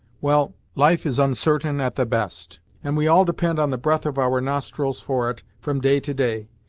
well, life is unsartain at the best, and we all depend on the breath of our nostrils for it, from day to day.